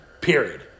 Period